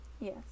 yes